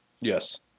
Yes